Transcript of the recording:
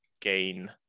gain